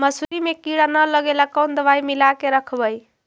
मसुरी मे किड़ा न लगे ल कोन दवाई मिला के रखबई?